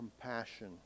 compassion